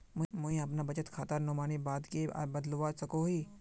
मुई अपना बचत खातार नोमानी बाद के बदलवा सकोहो ही?